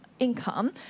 Income